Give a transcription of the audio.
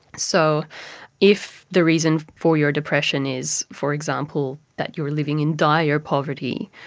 so if the reason for your depression is, for example, that you are living in dire poverty,